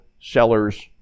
sellers